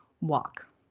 walk